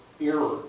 error